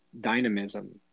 dynamism